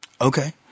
Okay